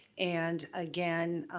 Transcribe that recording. and again,